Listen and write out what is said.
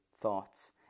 thoughts